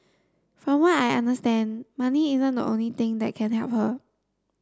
from what I understand money isn't the only thing that can help her